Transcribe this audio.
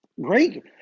great